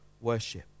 worship